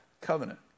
Covenant